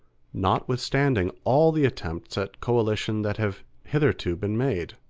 notwithstanding all the attempts at coalition that have hitherto been made.